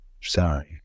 Sorry